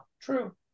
true